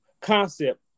concept